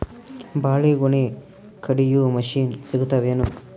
ಬಾಳಿಗೊನಿ ಕಡಿಯು ಮಷಿನ್ ಸಿಗತವೇನು?